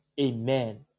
Amen